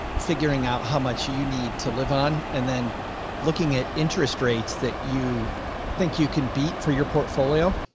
figuring out how much you you need to live on, and then looking at interest rates that you think you can beat for your portfolio.